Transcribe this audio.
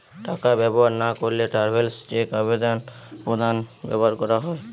টাকা ব্যবহার না করলে ট্রাভেলার্স চেক আদান প্রদানে ব্যবহার করা হয়